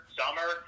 summer